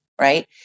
right